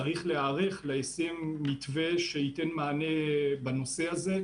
צריך להיערך ליישום מתווה שייתן מענה בנושא הזה,